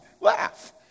laugh